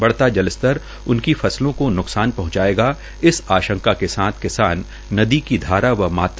बढ़ता जल स्तर उनकी फसलों को न्कसान पहंचायेगा इस आंशका के साथ किसान नदी की धारा व मात्रानापते दिखे